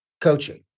coaching